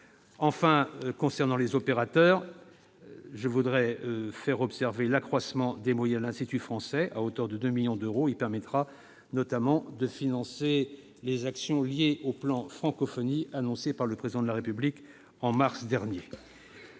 enfin les opérateurs, l'accroissement des moyens de l'Institut français, à hauteur de 2 millions d'euros, permettra notamment de financer les actions liées au plan Francophonie annoncé par le Président de la République en mars dernier.